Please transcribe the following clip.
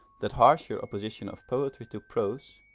that harsher opposition of poetry to prose,